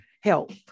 help